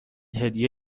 هدیه